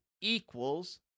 equals